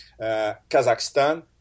Kazakhstan